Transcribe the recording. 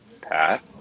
Pat